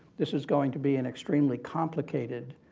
this is going to be an extremely complicated